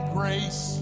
grace